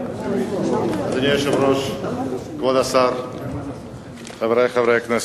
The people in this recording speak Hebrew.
אדוני היושב-ראש, כבוד השר, חברי חברי הכנסת,